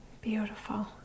Beautiful